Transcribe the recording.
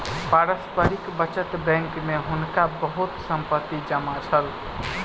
पारस्परिक बचत बैंक में हुनका बहुत संपत्ति जमा छल